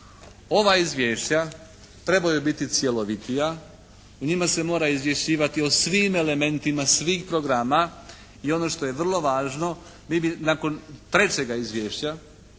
ova izvješća trebaju biti cjelovitija. U njima se mora izvješćivati o svim elementima svih programa i ono što je vrlo važno vi bi nakon trećega izvješća